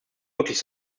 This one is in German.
möglich